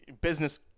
business